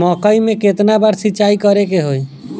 मकई में केतना बार सिंचाई करे के होई?